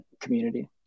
community